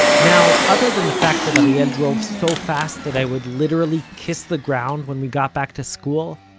now other than the fact that ariel drove so fast that i would literally kiss the ground when we got back to school,